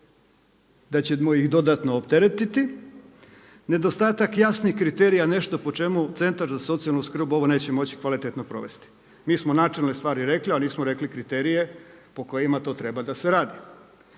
da ćemo ih dodatno opteretiti. Nedostatak jasnih kriterija nešto po čemu centar za socijalnu skrb ovo neće moći kvalitetno provesti. Mi smo načelne stvari rekli, ali nismo rekli kriterije po kojima to treba da se radi.